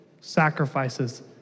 sacrifices